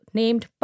named